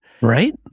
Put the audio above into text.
Right